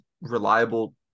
reliable